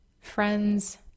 friends